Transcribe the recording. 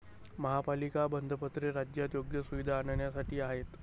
महापालिका बंधपत्रे राज्यात योग्य सुविधा आणण्यासाठी आहेत